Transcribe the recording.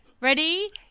Ready